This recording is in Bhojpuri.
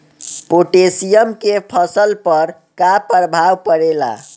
पोटेशियम के फसल पर का प्रभाव पड़ेला?